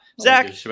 Zach